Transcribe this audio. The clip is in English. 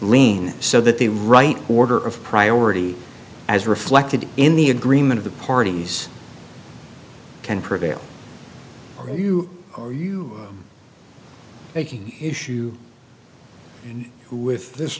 lien so that the right order of priority as reflected in the agreement of the parties can prevail or you are you taking issue with this